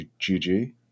GG